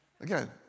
Again